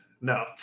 No